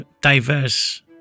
diverse